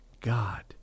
God